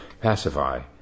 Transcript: pacify